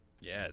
Yes